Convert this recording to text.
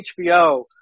HBO